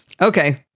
okay